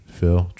Phil